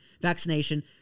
vaccination